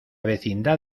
vecindad